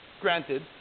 granted